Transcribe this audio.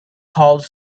called